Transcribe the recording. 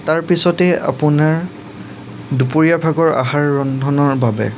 তাৰ পিছতে আপোনাৰ দুপৰীয়া ভাগৰ আহাৰ ৰন্ধনৰ বাবে